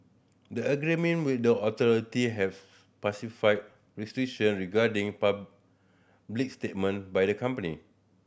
the agreement with the authority have restriction regarding public statement by the company